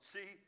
See